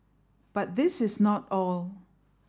but this is not all